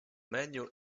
menu